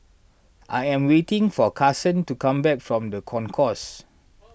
I am waiting for Kasen to come back from the Concourse